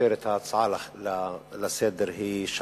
הצעה לסדר-היום שמספרה 2010,